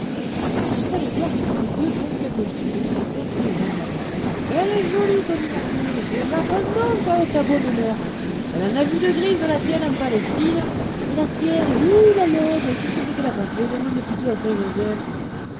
il fallait voir comme ces deux bons catholiques se traitaient eux et leurs madones elle est jolie ton immaculée va-t'en donc avec ta bonne mère elle en a vu de grises la tienne en palestine et la tienne hou la laide qui sait ce qu'elle n'a pas fait demande plutôt